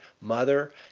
mother